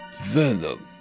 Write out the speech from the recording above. Venom